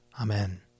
Amen